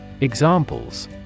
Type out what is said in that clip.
Examples